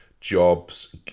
jobs